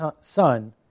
son